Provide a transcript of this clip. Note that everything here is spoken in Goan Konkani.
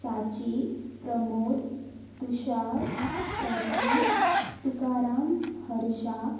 साची प्रमोद तुशार प्राची तुकाराम हर्षा